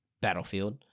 Battlefield